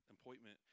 appointment